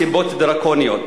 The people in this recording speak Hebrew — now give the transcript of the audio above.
מסיבות דרקוניות.